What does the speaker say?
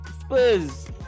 Spurs